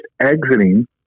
exiting